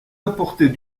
apportait